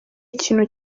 ikintu